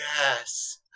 Yes